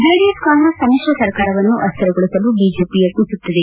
JDS Congress ಸಮಿಶ್ರ ಸರ್ಕಾರವನ್ನು ಅಸ್ವಿರಗೊಳಿಸಲು ಬಿಜೆಪಿ ಯತ್ನಿಸುತ್ತಿದೆ